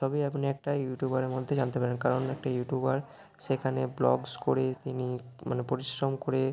সবই আপনি একটা ইউটিউবারের মধ্যে জানতে পারবেন কারণ একটা ইউটিউবার সেখানে ব্লগস করে তিনি মানে পরিশ্রম করে